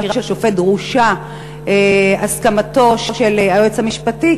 של שופט דרושה הסכמתו של היועץ המשפטי,